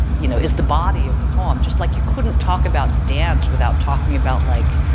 you know, is the body of the poem. just like you couldn't talk about dance without talking about like,